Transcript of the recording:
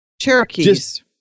Cherokees